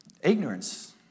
Ignorance